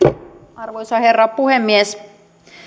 arvoisa herra puhemies